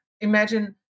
imagine